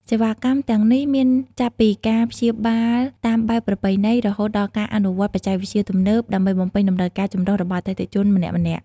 សេវាកម្មទាំងនេះមានចាប់ពីការព្យាបាលតាមបែបប្រពៃណីរហូតដល់ការអនុវត្តន៍បច្ចេកវិទ្យាទំនើប ដើម្បីបំពេញតម្រូវការចម្រុះរបស់អតិថិជនម្នាក់ៗ។